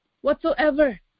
whatsoever